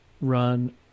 run